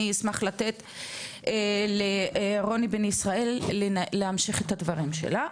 אני אשמח לתת לחני בן ישראל להמשיך את הדברים שלה,